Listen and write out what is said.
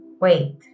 wait